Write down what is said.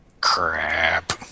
Crap